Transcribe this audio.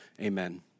amen